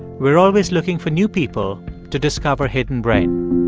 we're always looking for new people to discover hidden brain